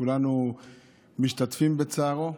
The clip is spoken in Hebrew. כולנו משתתפים בצערו,